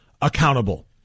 accountable